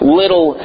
little